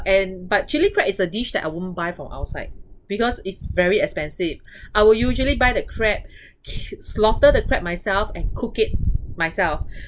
and but chilli crab is a dish that I won't buy from outside because it's very expensive I will usually buy the crab ki~ slaughter the crab myself and cook it myself